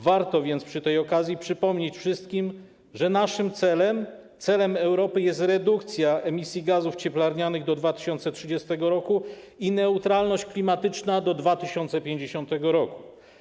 Warto więc przy tej okazji przypomnieć wszystkim, że naszym celem, celem Europy, jest redukcja emisji gazów cieplarnianych do 2030 r. i neutralność klimatyczna do 2050 r.